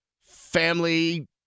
family